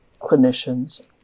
clinicians